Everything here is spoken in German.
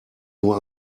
nur